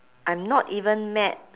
I'm not even mad